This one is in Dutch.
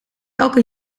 elke